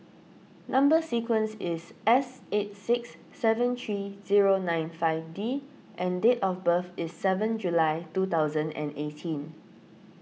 Number Sequence is S eight six seven three zero nine five D and date of birth is seven July two thousand and eighteen